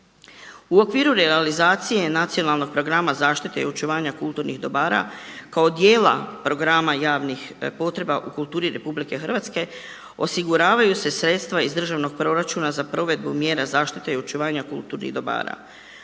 U okviru realizacije nacionalnog programa zaštite i očuvanja kulturnih dobara kao dijela programa javnih potreba u kulturi Republike Hrvatske osiguravaju se sredstva iz državnog proračuna za provedbu mjera zaštite i očuvanja kulturnih dobara